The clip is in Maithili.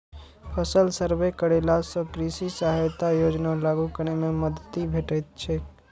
फसल सर्वे करेला सं कृषि सहायता योजना लागू करै मे मदति भेटैत छैक